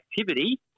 activity